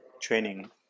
training